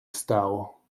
stało